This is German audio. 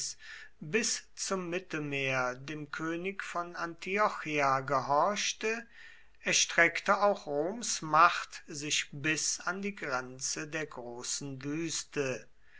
bis zum mittelmeer dem könig von antiochia gehorchte erstreckte auch roms macht sich bis an die grenze der großen wüste